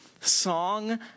Song